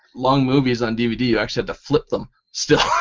long movies on dvd you actually have to flip them still.